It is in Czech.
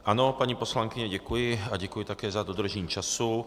Ano, paní poslankyně, děkuji a děkuji také za dodržení času.